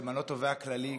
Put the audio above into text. למנות תובע כללי,